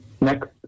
next